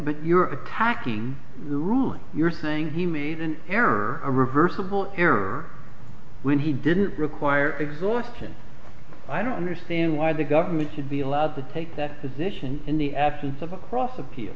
but you're attacking the ruling you're saying he made an error a reversible error when he didn't require exhaustion i don't understand why the government should be allowed to take that position in the absence of a cross appeal